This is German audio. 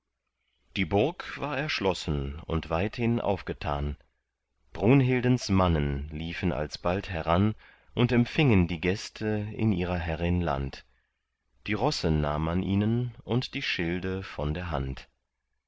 die burg war erschlossen und weithin aufgetan brunhildens mannen liefen alsbald heran und empfingen die gäste in ihrer herrin land die rosse nahm man ihnen und die schilde von der hand